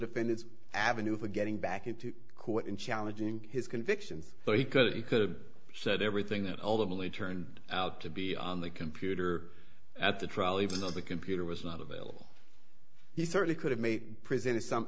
defendant's avenue for getting back into court and challenging his convictions but he could he could have said everything that ultimately turned out to be on the computer at the trial even though the computer was not available he certainly could have made it presented some